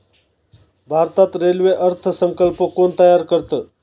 भारतात रेल्वे अर्थ संकल्प कोण तयार करतं?